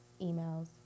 emails